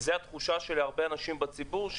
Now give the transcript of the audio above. וזו התחושה של הרבה אנשים בציבור,